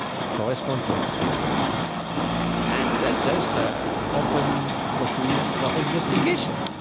it corresponds to experience and is just ah an open possibility for investigation